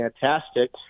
fantastic